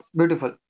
Beautiful